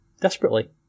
desperately